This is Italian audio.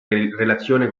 relazione